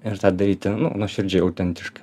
ir tą daryti nuoširdžiai autentiška